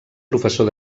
professor